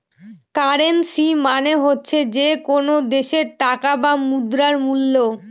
currency মানে হচ্ছে যে কোনো দেশের টাকা বা মুদ্রার মুল্য